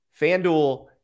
FanDuel